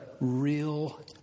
real